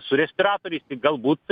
su respiratoriais galbūt